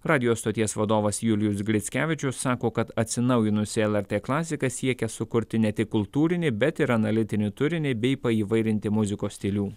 radijo stoties vadovas julijus grickevičius sako kad atsinaujinusi lrt klasika siekia sukurti ne tik kultūrinį bet ir analitinį turinį bei paįvairinti muzikos stilių